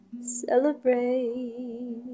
celebrate